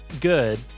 good